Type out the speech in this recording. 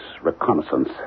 Reconnaissance